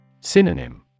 Synonym